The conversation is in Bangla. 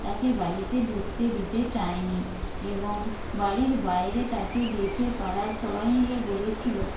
তাকে বাড়িতে ঢুকতে দিতে চায়নি এবং বাড়ির বাইরে তাকে ডেকে পাড়ার সবাই মিলে বলেছিল